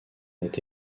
est